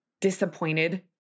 disappointed